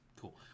Cool